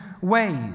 ways